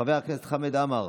חבר הכנסת חמד עמאר,